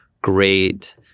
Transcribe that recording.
great